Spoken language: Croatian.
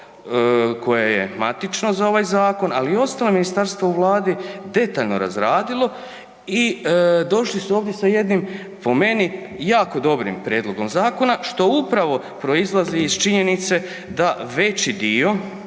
koje je matično za ovaj zakon ali i ostala ministarstva u Vladi, detaljno razradilo i došli su ovdje sa jednim po meni, jako dobrim prijedlogom zakona što upravo proizlazi iz činjenice da veći dio